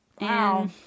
Wow